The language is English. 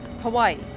Hawaii